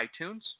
iTunes